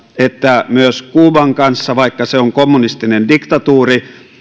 että myös kuuban kanssa vaikka se on kommunistinen diktatuuri